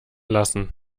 lassen